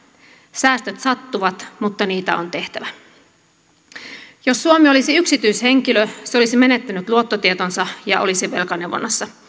säästöt sattuvat mutta niitä on tehtävä jos suomi olisi yksityishenkilö se olisi menettänyt luottotietonsa ja olisi velkaneuvonnassa